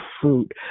fruit